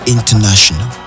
International